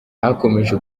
hakomeje